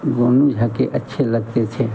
गोविन्द झा के अच्छे लगते थे